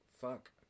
Fuck